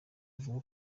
avuga